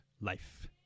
life